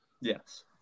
Yes